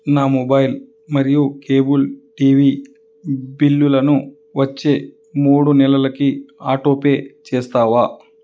నా మొబైల్ మరియు cable TV బిల్లులను వచ్చే మూడు నెలలకి ఆటోపే చేస్తావా